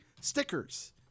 stickers